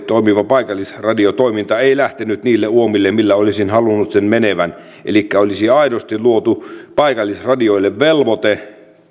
toimiva paikallisradiotoiminta ei lähtenyt niille uomille mille olisin halunnut sen menevän elikkä olisi aidosti luotu paikallisradioille velvoite